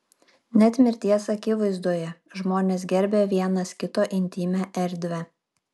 net mirties akivaizdoje žmonės gerbia vienas kito intymią erdvę